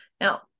now